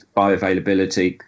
bioavailability